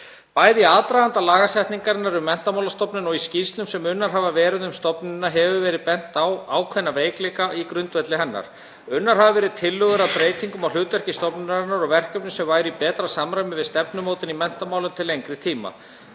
Bæði í aðdraganda lagasetningarinnar um Menntamálastofnun og í skýrslum sem unnar hafa verið um stofnunina hefur verið bent á ákveðna veikleika í grundvelli hennar. Unnar hafa verið tillögur að breytingum á hlutverki stofnunarinnar og verkefnum sem væru í betra samræmi við stefnumótun í menntamálum til lengri tíma.